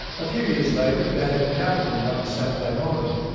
a few years later dad encountered him one saturday morning,